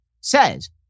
says